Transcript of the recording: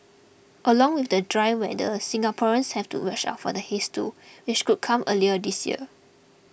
along with the dry weather Singaporeans have to watch out for the haze too which could come earlier this year